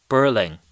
Berlin